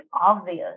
obvious